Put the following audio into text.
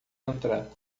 entrar